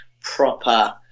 proper